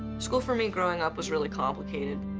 school for me growing up was really complicated,